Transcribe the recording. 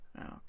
Okay